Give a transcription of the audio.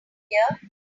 here